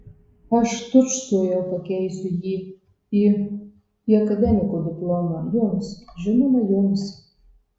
aš tučtuojau pakeisiu jį į į akademiko diplomą jums žinoma jums